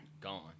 Gone